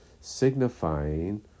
signifying